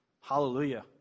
Hallelujah